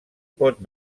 pot